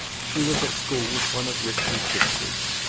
she was at school with one of rex's sisters.